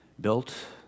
built